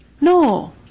No